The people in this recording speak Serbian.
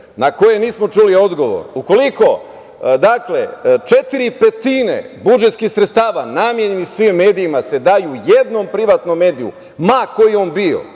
na koje nismo čuli odgovor. Ukoliko četiri petine budžetskih sredstava namenjenih svim medijima se daju jednom privatnom mediju, ma koji on bio,